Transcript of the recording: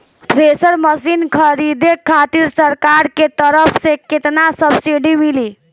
Thresher machine खरीदे खातिर सरकार के तरफ से केतना सब्सीडी मिली?